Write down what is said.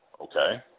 Okay